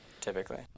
typically